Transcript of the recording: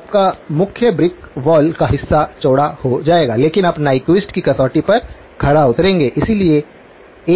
आपका मुख्य brick wall का हिस्सा चौड़ा हो जाएगा लेकिन आप न्यक्विस्ट की कसौटी पर खरा उतरेंगे इसलिए